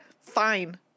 Fine